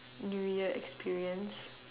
new year experience